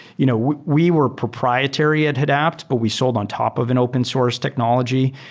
you know we were proprietary at hadapt, but we sold on top of an open source technology.